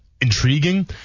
intriguing